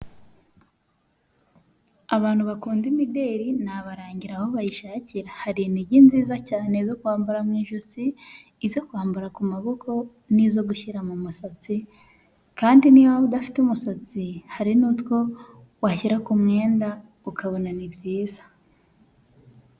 Abantu bakunda imideli nabarangira aho bayishakira, hari intege nziza cyane zo kwambara mu ijosi, izo kwambara ku maboko n'izo gushyira mu musatsi, kandi niyo waba udafite umusatsi, hari n'utwo washyira ku mwenda ukabona ni byiza.